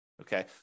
Okay